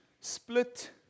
split